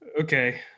okay